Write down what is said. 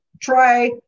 try